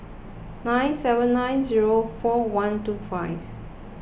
nine seven nine zero four one two five